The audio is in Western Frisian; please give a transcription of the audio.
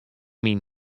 myn